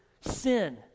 sin